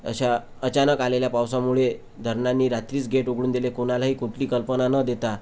अशा अचानक आलेल्या पावसामुळे धरणांनी रात्रीच गेट उघडून दिले कोणालाही कुठली कल्पना न देता